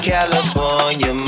California